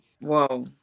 Whoa